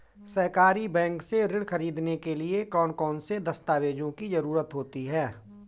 सहकारी बैंक से ऋण ख़रीदने के लिए कौन कौन से दस्तावेजों की ज़रुरत होती है?